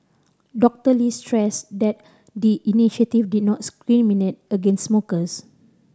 Doctor Lee stressed that the initiative did not discriminate against smokers